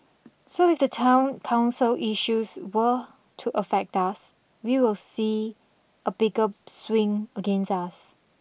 so if the town council issues were to affect us we will see a bigger swing against us